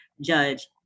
Judge